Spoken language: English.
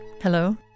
Hello